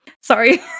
Sorry